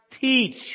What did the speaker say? teach